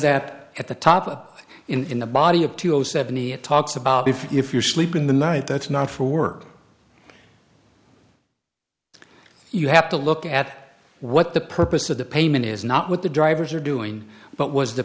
that at the top of it in the body of two zero seventy it talks about if if you're sleeping the night that's not for work you have to look at what the purpose of the payment is not what the drivers are doing but was the